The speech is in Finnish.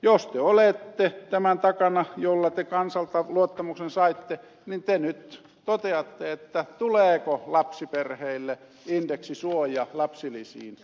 jos te olette tämän takana millä te kansalta luottamuksen saitte niin te nyt kerrotte tuleeko lapsiperheille indeksisuoja lapsilisiin